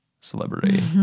celebrity